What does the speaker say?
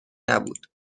نبود